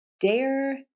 dare